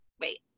wait